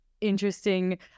interesting